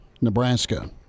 Nebraska